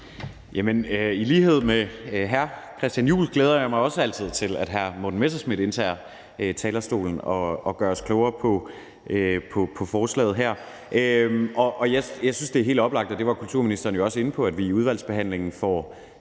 I lighed med hr. Christian Juhl glæder jeg mig også til, at hr. Morten Messerschmidt indtager talerstolen og gør os klogere på forslaget her. Jeg synes, det er helt oplagt – og det var kulturministeren jo også inde på – at vi i udvalgsbehandlingen får